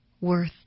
worth